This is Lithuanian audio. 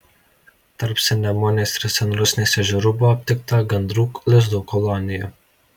tarp sennemunės ir senrusnės ežerų buvo aptikta gandrų lizdų kolonija